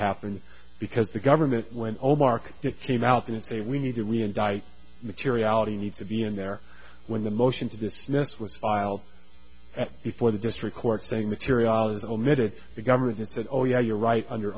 happened because the government went oh mark it came out that they we needed we indict materiality need to be in there when the motion to dismiss was filed before the district court saying material is omitted the government has said oh yeah you're right under